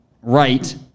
right